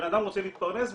אדם רוצה להתפרנס,